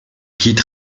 quitte